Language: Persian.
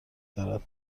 دارد